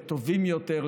לטובים יותר,